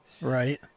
right